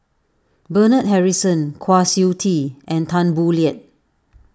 Bernard Harrison Kwa Siew Tee and Tan Boo Liat